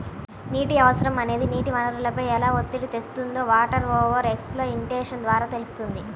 నీటి అవసరం అనేది నీటి వనరులపై ఎలా ఒత్తిడి తెస్తుందో వాటర్ ఓవర్ ఎక్స్ప్లాయిటేషన్ ద్వారా తెలుస్తుంది